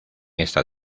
esta